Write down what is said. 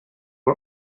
her